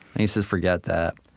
and he says, forget that.